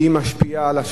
תקראי את